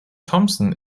thompson